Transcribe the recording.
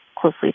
closely